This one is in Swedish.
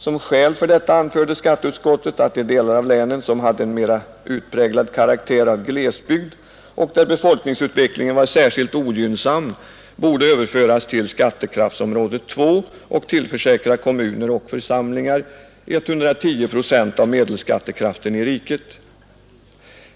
Som skäl för detta anförde statsutskottet att de delar av länen som hade en mera utpräglad karaktär av glesbygd och där befolkningsutvecklingen var särskilt ogynnsam borde överföras till skattekraftsområde 2 och kommuner och församlingar tillförsäkras 110 procent av medelskattekraften i riket.